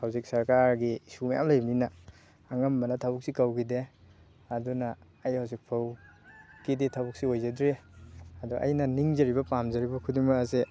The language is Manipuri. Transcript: ꯍꯧꯖꯤꯛ ꯁꯔꯀꯥꯔꯒꯤ ꯏꯁꯨ ꯃꯌꯥꯝ ꯂꯩꯕꯅꯤꯅ ꯑꯉꯝꯕꯅ ꯊꯕꯛꯁꯤ ꯀꯧꯈꯤꯗꯦ ꯑꯗꯨꯅ ꯑꯩ ꯍꯧꯖꯤꯛꯐꯥꯎꯀꯤꯗꯤ ꯊꯕꯛꯁꯤ ꯑꯣꯏꯖꯗ꯭ꯔꯤ ꯑꯗꯣ ꯑꯩꯅ ꯅꯤꯡꯖꯔꯤꯕ ꯄꯥꯝꯖꯔꯤꯕ ꯈꯨꯗꯤꯡꯃꯛ ꯑꯁꯦ